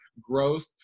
growth